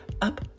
up